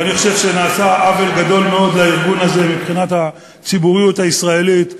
ואני חושב שנעשה עוול גדול מאוד לארגון הזה מבחינת הציבוריות הישראלית.